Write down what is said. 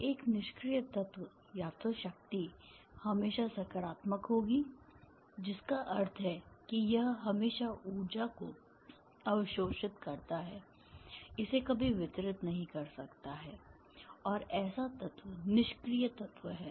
तो एक निष्क्रिय तत्व या तो शक्ति हमेशा सकारात्मक होती है जिसका अर्थ है कि यह हमेशा ऊर्जा को अवशोषित करता है इसे कभी वितरित नहीं कर सकता है और ऐसा तत्व निष्क्रिय तत्व है